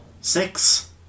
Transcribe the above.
Six